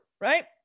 right